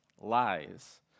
lies